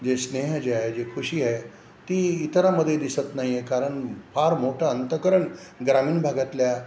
जे स्नेह जे आहे जी खुशी आहे ती इतरामध्ये दिसत नाही आहे कारण फार मोठं अंतकरण ग्रामीण भागातल्या